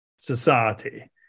society